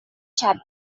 chapel